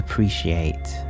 appreciate